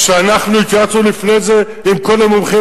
שאנחנו התייעצנו לפני כן עם כל המומחים